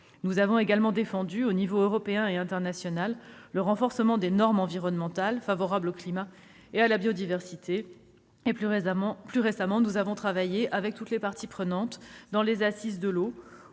Nous avons également défendu à l'échelon européen et international le renforcement des normes environnementales favorables au climat et à la biodiversité. Plus récemment, nous avons travaillé avec toutes les parties prenantes dans les Assises de l'eau